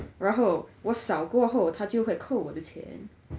然后我扫过后他就会扣我的钱